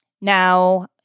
Now